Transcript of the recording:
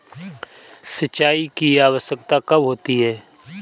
सिंचाई की आवश्यकता कब होती है?